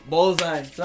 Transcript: Bullseye